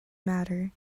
matter